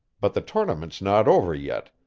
but the tournament's not over yet,